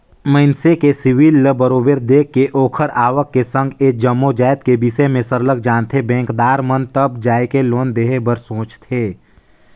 मइनसे के सिविल ल बरोबर देख के ओखर आवक के संघ ए जम्मो जाएत के बिसे में सरलग जानथें बेंकदार मन तब जाएके लोन देहे बर सोंचथे